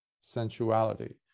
sensuality